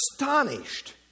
astonished